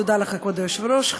תודה לך, כבוד היושב-ראש.